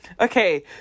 Okay